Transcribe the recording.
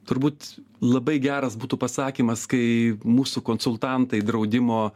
turbūt labai geras būtų pasakymas kai mūsų konsultantai draudimo